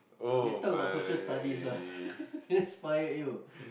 they talk about Social Studies lah inspired you